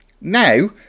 Now